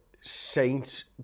Saints